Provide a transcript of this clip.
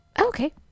Okay